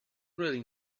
really